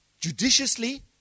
judiciously